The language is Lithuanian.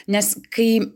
nes kai